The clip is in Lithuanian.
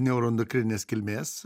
neuroendokrininės kilmės